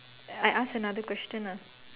I ask another question ah